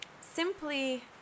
simply